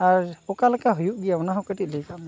ᱟᱨ ᱚᱠᱟ ᱞᱮᱠᱟ ᱦᱩᱭᱩᱜ ᱜᱮᱭᱟ ᱚᱱᱟᱦᱚᱸ ᱠᱟᱹᱴᱤᱡ ᱞᱟᱹᱭᱠᱟᱜ ᱢᱮ